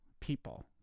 people